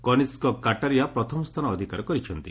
କନିଷ୍କ କାଟାରିଆ ପ୍ରଥମସ୍ଥାନ ଅଧିକାର କରିଛନ୍ତି